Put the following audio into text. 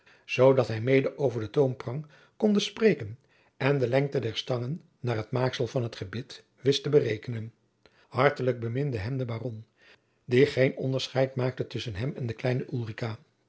zoodat hij mede over den toomprang konde spreken en de lengte der stangen na het maaksel van t gebit wist te berekenen hartelijk beminde hem de baron die geen onderscheid maakte tusschen hem en de kleine